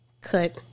cut